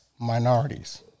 minorities